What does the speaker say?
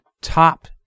top